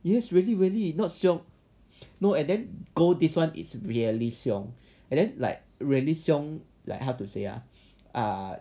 yes really really not xiong and then go this one is really xiong and then like really xiong like how to say ah err